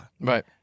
Right